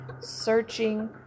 searching